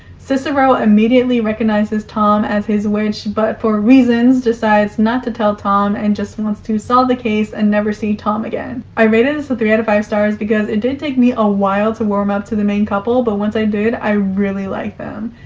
cicero immediately recognizes tom as his witch but for reasons, decides not to tell tom and just wants to solve the case and never see tom again. i rated this with three out of five stars because it did take me a while to warm up to the main couple, but once i did, i really liked them.